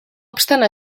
obstant